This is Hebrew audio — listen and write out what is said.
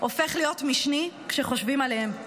הופך להיות משני כשחושבים עליהם.